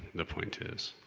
the point is.